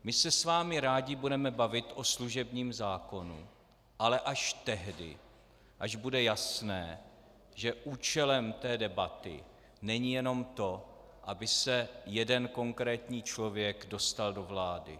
My se s vámi rádi budeme bavit o služebním zákonu, ale až tehdy, až bude jasné, že účelem debaty není jenom to, aby se jeden konkrétní člověk dostal do vlády.